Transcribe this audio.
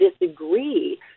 disagree